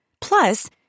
Plus